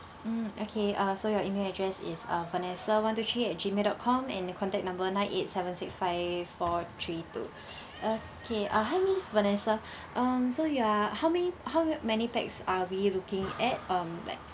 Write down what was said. mm okay uh so your email address is uh vanessa one two three at gmail dot com and the contact number nine eight seven six five four three two okay uh hi miss vanessa um so you are how many how many pax are we looking at mm like